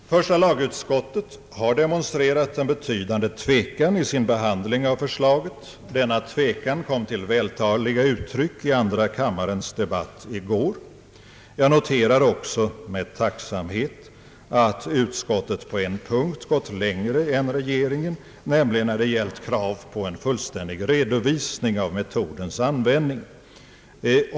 Första lagutskottet har demonstrerat en betydande tvekan vid sin behandling av förslaget. Denna tvekan kom till vältaliga uttryck i andra kammarens debatt i går. Jag noterar också med tacksamhet att utskottet på en punkt gått långre än regeringen, nämligen när det gäller kravet på en fullständig redovisning av metodens användning.